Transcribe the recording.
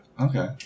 Okay